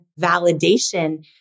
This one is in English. validation